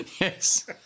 Yes